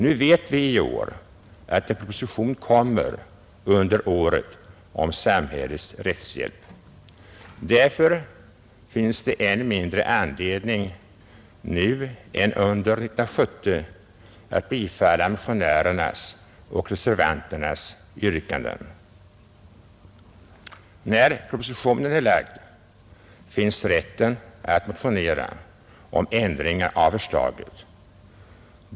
Nu vet vi att en proposition om samhällets rättshjälp kommer under året. Därför finns det än mindre anledning nu än under 1970 att bifalla motionärernas och reservanternas yrkanden. När propositionen är framlagd finns rätten att motionera om ändring av förslaget.